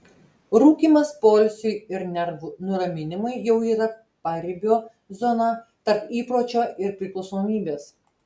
rūkymas poilsiui ir nervų nuraminimui jau yra paribio zona tarp įpročio ir priklausomybės